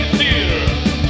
Theater